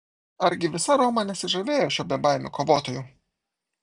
argi visa roma nesižavėjo šiuo bebaimiu kovotoju